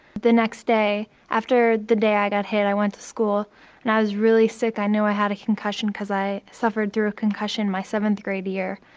the next day, after the day i got hit, i went to school and i was really sick. i know i had a concussion because i suffered through a concussion any seventh grade year.